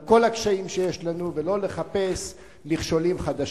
על כל הקשיים שיש לנו, ולא לחפש מכשולים חדשים.